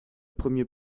premier